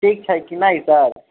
ठीकछै कि नहि सर